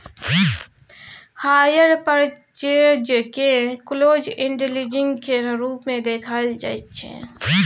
hire purchase केँ close end leasing केर रूप मे देखाएल जाइ छै